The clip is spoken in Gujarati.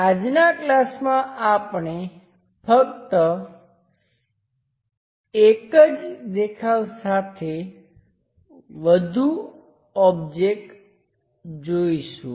આજનાં ક્લાસમાં આપણે ફક્ત એક જ દેખાવ સાથે વધું ઓબ્જેક્ટ જોઈશું